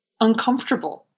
uncomfortable